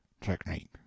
technique